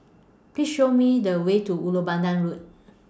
Please Show Me The Way to Ulu Pandan Road